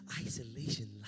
isolation